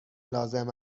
لازم